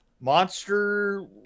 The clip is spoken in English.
Monster